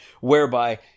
whereby